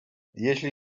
jeśli